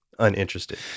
uninterested